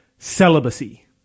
Celibacy